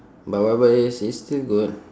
but whatever it is it's still good